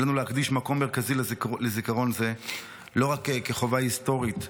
עלינו להקדיש מקום מרכזי לזיכרון זה לא רק כחובה היסטורית,